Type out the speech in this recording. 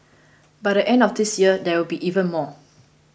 by the end of this year there will be even more